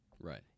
Right